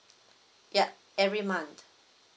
yup every month